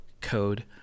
code